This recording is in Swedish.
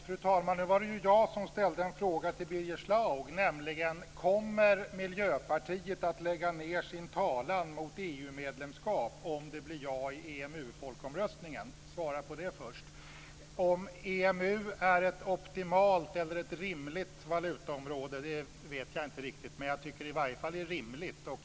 Fru talman! Nu var det jag som ställde en fråga till Birger Schlaug, nämligen om Miljöpartiet kommer att lägga ned sin talan mot EU-medlemskap om det blir ja i EMU-folkomröstningen. Svara på det först! Om EMU är ett optimalt valutaområde vet jag inte riktigt, men jag tycker i varje fall att det är rimligt.